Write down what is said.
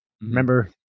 Remember